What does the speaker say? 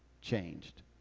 changed